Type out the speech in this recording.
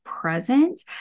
present